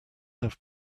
have